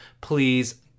please